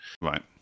right